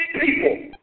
people